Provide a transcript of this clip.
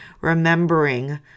remembering